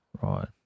right